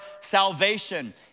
salvation